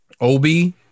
Obi